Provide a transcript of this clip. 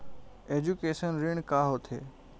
Education ऋण का होथे?